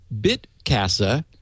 BitCasa